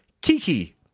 kiki